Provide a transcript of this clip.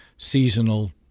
seasonal